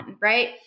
right